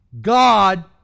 God